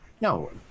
no